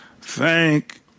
thank